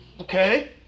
Okay